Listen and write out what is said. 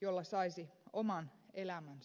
jolla saisi oman elämänsä käyntiin